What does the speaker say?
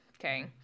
Okay